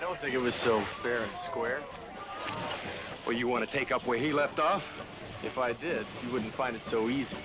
i don't think it was so fair and square when you want to take up where he left off if i did you wouldn't find it so easy